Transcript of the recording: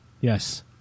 Yes